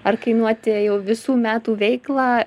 ar kainuoti jau visų metų veiklą